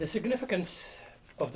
the significance of